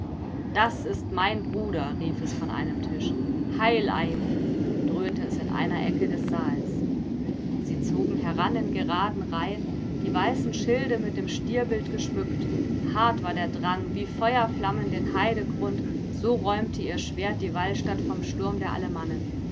das ist mein bruder rief es von einem tisch heil aimo dröhnte es in einer ecke des saals sie zogen heran in geraden reihen die weißen schilde mit dem stierbild geschmückt hart war der drang wie feuerflammen den heidegrund so räumte ihr schwert die walstatt vom sturm der alemannen